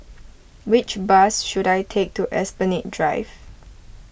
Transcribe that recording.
which bus should I take to Esplanade Drive